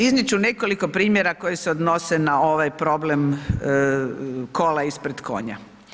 Iznijet ću nekoliko primjera koji se odnose na ovaj problem kola ispred konja.